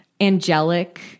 angelic